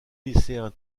lycéen